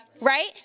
right